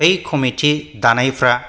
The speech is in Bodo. बै कमिटि दानायफ्रा